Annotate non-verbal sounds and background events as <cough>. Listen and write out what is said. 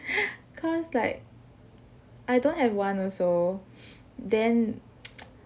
<laughs> cause like I don't have one also then <noise>